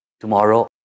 Tomorrow